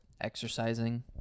exercising